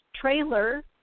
trailer